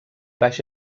baix